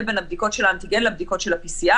בין הבדיקות של האנטיגן לבדיקות של ה-PCR,